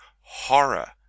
Horror